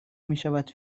میشود